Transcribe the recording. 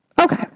Okay